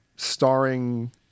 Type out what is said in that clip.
starring